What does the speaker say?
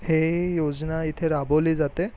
हे योजना इथे राबवली जाते